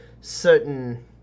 certain